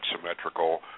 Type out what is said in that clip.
symmetrical